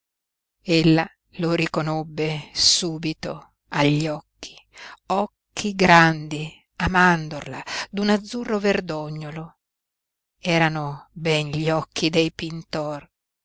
carnose ella lo riconobbe subito agli occhi occhi grandi a mandorla d'un azzurro verdognolo erano ben gli occhi dei pintor